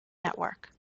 network